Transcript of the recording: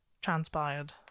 transpired